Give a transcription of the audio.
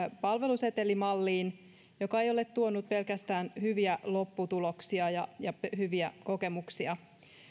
palvelusetelimalliin mikä ei ole tuonut pelkästään hyviä lopputuloksia ja ja hyviä kokemuksia